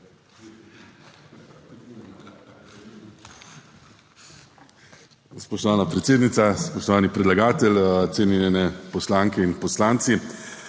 Spoštovana predsednica, spoštovani predlagatelj, cenjene poslanke in poslanci!